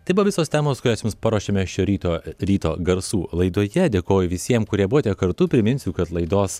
tai buvo visos temos kurias jums paruošėme šio ryto ryto garsų laidoje dėkoju visiem kurie buvote kartu priminsiu kad laidos